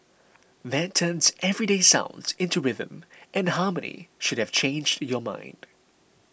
that turns everyday sounds into rhythm and harmony should have changed your mind